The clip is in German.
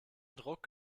druck